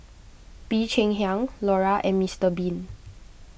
Bee Cheng Hiang Iora and Mister Bean